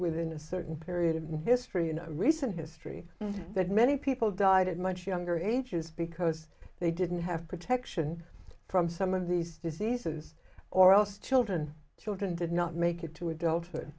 within a certain period in history you know recent history that many people died much younger ages because they didn't have protection from some of these diseases or else children children did not make it to adulthood